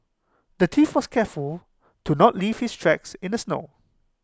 the thief was careful to not leave his tracks in the snow